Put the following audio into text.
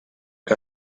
que